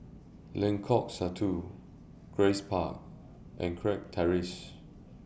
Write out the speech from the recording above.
Lengkok Satu Grace Park and Kirk Terrace